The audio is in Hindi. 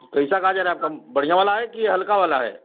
तो कइसा गाजर है आपका बढ़ियाँ वाला है कि हल्का वाला है